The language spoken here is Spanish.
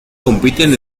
compiten